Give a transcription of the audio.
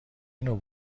نوع